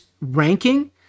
ranking